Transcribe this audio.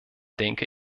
denke